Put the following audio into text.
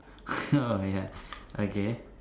oh ya okay